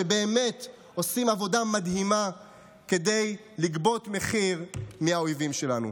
שבאמת עושים עבודה מדהימה כדי לגבות מחיר מהאויבים שלנו.